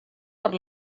per